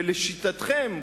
שלשיטתכם,